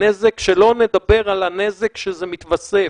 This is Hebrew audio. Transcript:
שלא נדבר על הנזק שזה מתווסף